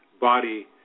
body